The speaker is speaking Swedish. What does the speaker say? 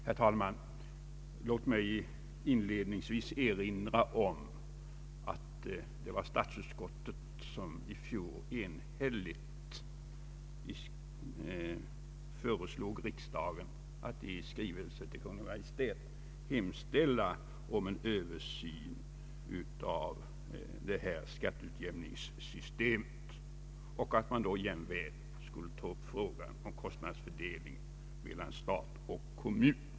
Herr talman! Låt mig inledningsvis erinra om att det var statsutskottet som i fjol enhälligt föreslog riksdagen att i skrivelse till Kungl. Maj:t hemställa om en Översyn av skatteutjämningssystemet och att man då jämväl skulle ta upp frågan om kostnadsfördelningen mellan stat och kommun.